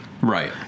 right